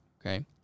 Okay